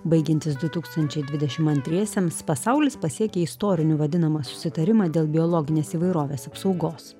baigiantis du tūkstančiai dvidešimt antriesiems pasaulis pasiekė istoriniu vadinamą susitarimą dėl biologinės įvairovės apsaugos